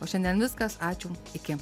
o šiandien viskas ačiū iki